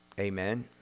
Amen